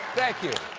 thank you.